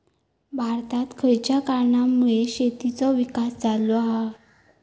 भारतात खयच्या कारणांमुळे शेतीचो विकास झालो हा?